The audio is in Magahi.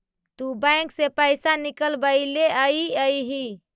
तु बैंक से पइसा निकलबएले अइअहिं